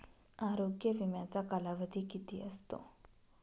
आरोग्य विम्याचा कालावधी किती असतो?